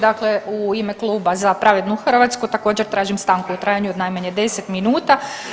Dakle u ime kluba Za pravednu Hrvatsku također tražim stanku u trajanju od najmanje 10 minuta.